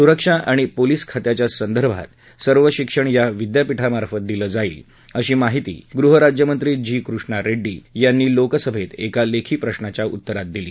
सुरक्षा आणि पोलीस खात्याच्या संदर्भात सर्व शिक्षण या विद्यापीठामार्फत दिलं जाईल अशी माहिती गृहराज्यमंत्री जी कृष्णा रेड्डी यांनी लोकसभेत एका लेखी प्रश्नाच्या उत्तरात दिली